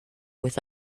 with